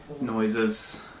noises